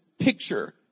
picture